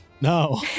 No